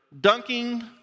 dunking